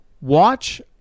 watch